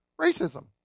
Racism